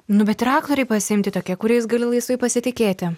nu bet ir aktoriai pasiimti tokie kuriais gali laisvai pasitikėti